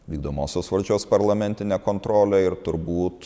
vykdomosios valdžios parlamentinę kontrolę ir turbūt